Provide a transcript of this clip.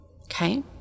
Okay